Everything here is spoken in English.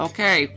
Okay